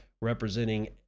representing